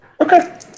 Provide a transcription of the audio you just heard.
Okay